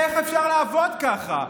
איך אפשר לעבוד ככה?